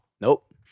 Nope